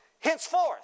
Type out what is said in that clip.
Henceforth